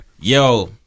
Yo